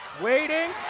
waiting,